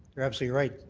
you're absolutely right,